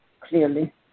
clearly